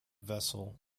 vessel